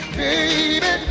baby